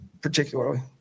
particularly